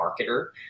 marketer